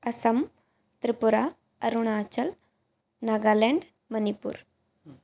Assam Tripura Arunachal Nagaland Manipur